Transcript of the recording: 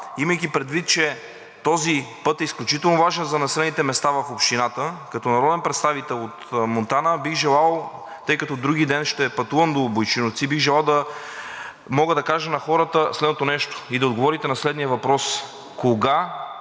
Имайки предвид, че този път е изключително важен за населените места в общината, като народен представител от Монтана, тъй като вдругиден ще пътувам до Бойчиновци, бих желал да мога да кажа на хората следното нещо и да отговорите на следния въпрос: кога